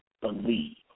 believe